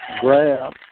Grab